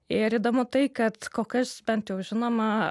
ir įdomu tai kad kol kas bent jau žinoma